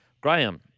Graham